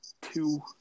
two